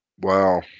Wow